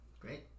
Great